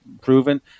proven